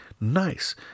nice